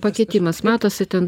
pakitimas matosi ten